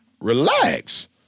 relax